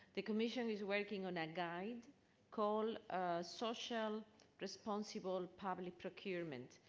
the commission is working on a guide called social responsible public procurement.